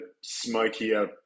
smokier